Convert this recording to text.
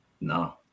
No